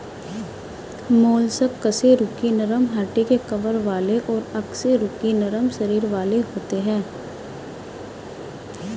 mollusc कशेरुकी नरम हड्डी के कवर वाले और अकशेरुकी नरम शरीर वाले होते हैं